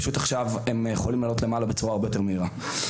פשוט עכשיו הם יכולים לעלות למעלה בצורה הרבה יותר מהירה.